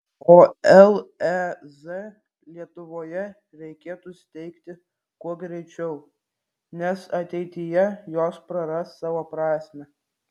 o lez lietuvoje reikėtų steigti kuo greičiau nes ateityje jos praras savo prasmę